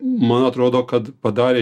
man atrodo kad padarė